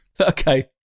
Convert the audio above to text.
Okay